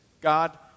God